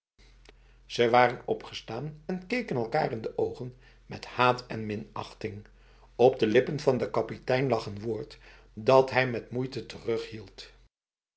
ze waren opgestaan en keken elkaar in de ogen met haat en minachting op de lippen van de kapitein lag een woord dat hij met moeite